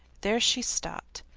there she stopped,